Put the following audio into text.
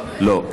לא.